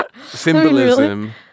symbolism